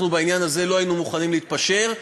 בעניין הזה לא היינו מוכנים להתפשר.